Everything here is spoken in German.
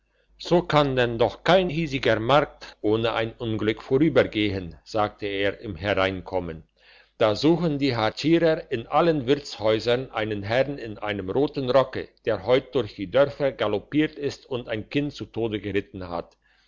so kann denn doch kein hiesiger markt ohne ein unglück vorübergehen sagt er im hereinkommen da suchen die hatschierer in allen wirtshäusern einen herrn in einem roten rocke der heute durch die dörfer galoppiert ist und ein kind zu tod geritten hat